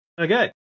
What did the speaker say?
Okay